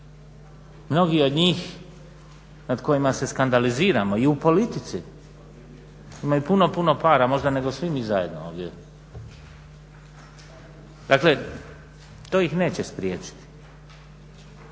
mnogi od njih nad kojima se skandaliziramo i u politici imaju puno, puno para možda nego svi mi zajedno ovdje. Dakle, to ih neće spriječiti.